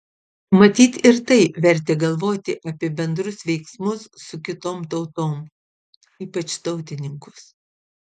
matyt ir tai vertė galvoti apie bendrus veiksmus su kitom tautom ypač tautininkus